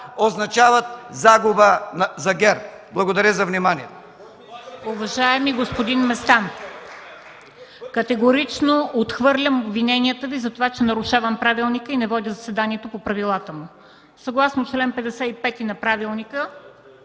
означават загуба за ГЕРБ. Благодаря за вниманието.